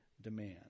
demand